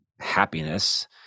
happiness